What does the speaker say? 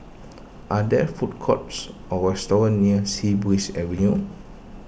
are there food courts or restaurants near Sea Breeze Avenue